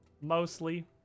mostly